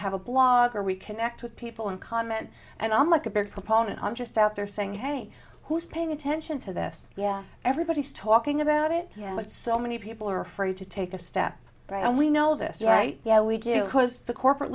have a blog or we connect with people and comment and i'm like a big proponent i'm just out there saying hey who's paying attention to this yeah everybody's talking about it but so many people are afraid to take a step back and we know this yeah yeah we do cause the corporate